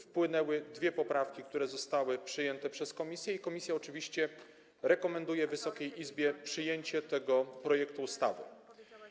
Wpłynęły dwie poprawki, które zostały przyjęte przez komisję, i komisja oczywiście rekomenduje Wysokiej Izbie przyjęcie tego projektu ustawy.